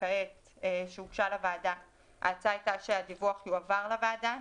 שהוגשה כעת לוועדה הדיווח יועבר לוועדה,